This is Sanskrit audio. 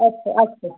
अस्तु अस्तु